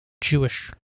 Jewish